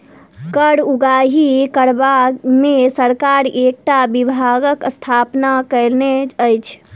कर उगाही करबा मे सरकार एकटा विभागक स्थापना कएने अछि